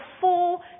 full